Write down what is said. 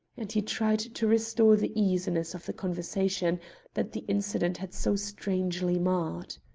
and he tried to restore the easiness of the conversation that the incident had so strangely marred.